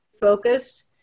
focused